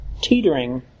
Teetering